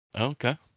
okay